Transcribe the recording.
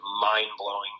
mind-blowing